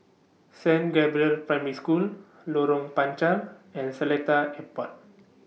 Saint Gabriel's Primary School Lorong Panchar and Seletar Airport